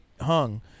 hung